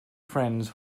friends